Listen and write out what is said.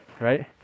right